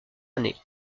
années